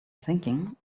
thinking